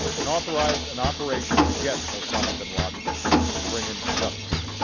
and authorized an operation to get osama bin laden and bring him to justice.